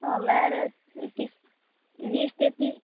आं म्हळ्यार तीस वीस ते तीस